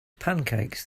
pancakes